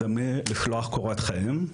זה מלשלוח קורות חיים,